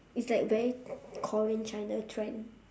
it's like very korean china trend